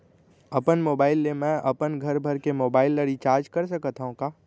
अपन मोबाइल ले मैं अपन घरभर के मोबाइल ला रिचार्ज कर सकत हव का?